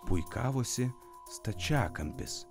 puikavosi stačiakampis